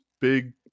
big